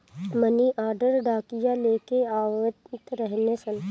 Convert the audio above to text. मनी order डाकिया लेके आवत रहने सन